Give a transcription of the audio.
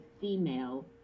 female